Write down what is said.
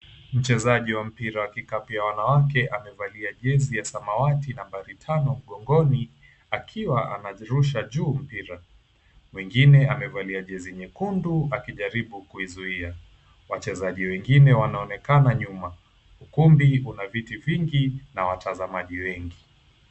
Mchezaji wa mpira wa kikapu ya wanawake amevali jezi ya samawati, nambari tano mgongoni akiwa anarusha juu mpira. Mwingine amevalia jezi nyekundu akijaribu kuizuia. Wachezaji wengine wanaonekana nyuma. Ukumbi una viti vingi na watazamaji wengi.